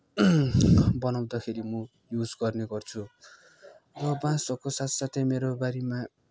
बनाउँदाखेरि म युज गर्ने गर्छु बाँसको साथ साथै मेरो बारीमा